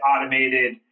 automated